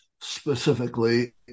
specifically